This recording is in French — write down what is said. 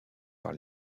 par